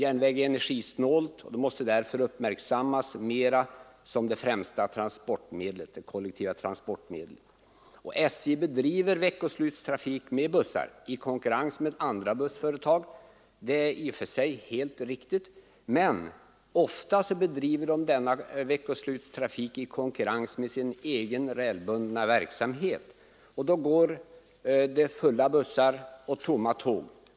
Järnvägen är energisnål och måste därför uppmärksammas mera som det främsta kollektiva transportmedlet. SJ bedriver veckoslutstrafik med bussar i konkurrens med andra bussföretag — det är i och för sig helt riktigt — men ofta bedriver SJ denna veckoslutstrafik i konkurrens med sin egen rälsbundna verksamhet, och då går det fulla bussar och tomma tåg.